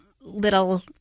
little –